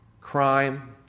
crime